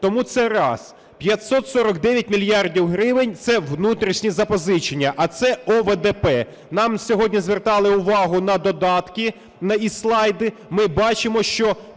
Тому це раз. 549 мільярдів гривень – це внутрішні запозичення, а це ОВДП. Нам сьогодні звертали увагу на додатки і слайди.